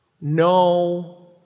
No